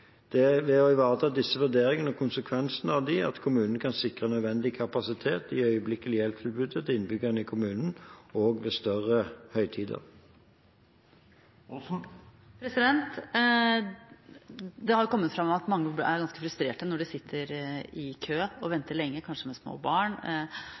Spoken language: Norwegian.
Det er ved å ivareta disse vurderingene og konsekvensene av dem at kommunen kan sikre nødvendig kapasitet i øyeblikkelig hjelp-tilbudet til innbyggerne i kommunen, også ved større høytider. Det har kommet fram at mange er ganske frustrert når de sitter i kø og